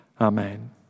Amen